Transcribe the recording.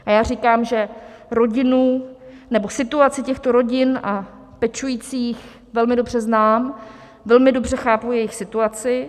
A já říkám, že situaci těchto rodin a pečujících velmi dobře znám, velmi dobře chápu jejich situaci.